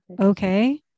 okay